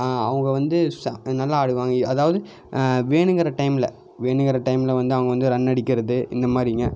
அவங்க வந்து சே நல்லா ஆடுவாங்க இ அதாவது வேணுங்கிற டைமில் வேணுங்கிற டைமில் வந்து அவங்க வந்து ரன் அடிக்கிறது இந்த மாதிரிங்க